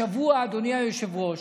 השבוע, אדוני היושב-ראש,